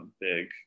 big